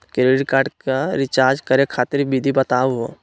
Credit card क recharge करै खातिर विधि बताहु हो?